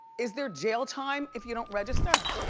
is there jail time if you don't register?